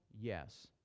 Yes